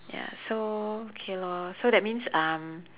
ya so K lor so that means um